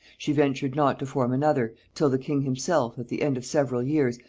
she ventured not to form another, till the king himself, at the end of several years,